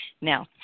Now